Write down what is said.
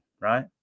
right